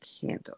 candle